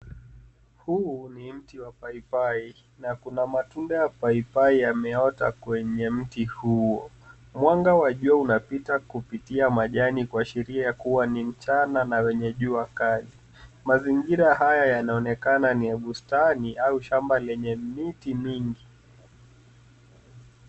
Huu ni mti wa paipai na kuna matunda ya paipia yameota kwenye mti huo. Mwanga wa jua unapita kupitia majani kuashiria kuwa ni mchana na wenye jua kali. Mazingira haya yanaonekana ni ya bustani au shamba lenye miti mingi.